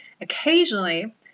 Occasionally